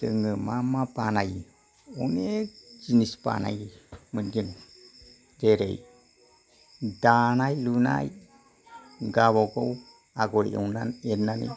जोङो मा मा बानायो अनेक जिनिस बानायोमोन जों जेरै दानाय लुनाय गावबागाव आगर एरनानै